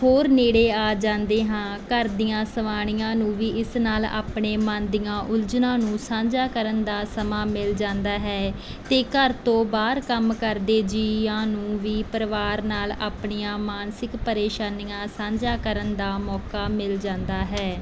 ਹੋਰ ਨੇੜੇ ਆ ਜਾਂਦੇ ਹਾਂ ਘਰ ਦੀਆਂ ਸਵਾਣੀਆਂ ਨੂੰ ਵੀ ਇਸ ਨਾਲ ਆਪਣੇ ਮਨ ਦੀਆਂ ਉਲਝਣਾਂ ਨੂੰ ਸਾਂਝਾ ਕਰਨ ਦਾ ਸਮਾਂ ਮਿਲ ਜਾਂਦਾ ਹੈ ਅਤੇ ਘਰ ਤੋਂ ਬਾਹਰ ਕੰਮ ਕਰਦੇ ਜੀਆਂ ਨੂੰ ਵੀ ਪਰਿਵਾਰ ਨਾਲ ਆਪਣੀਆਂ ਮਾਨਸਿਕ ਪਰੇਸ਼ਾਨੀਆਂ ਸਾਂਝਾ ਕਰਨ ਦਾ ਮੌਕਾ ਮਿਲ ਜਾਂਦਾ ਹੈ